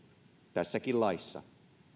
tässäkin laissa